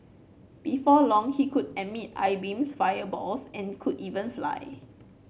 before long he could emit eye beams fireballs and could even fly